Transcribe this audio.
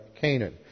Canaan